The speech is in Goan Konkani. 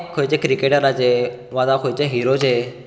क्रिकटराचे वा जावं खंयच्या हिरोचे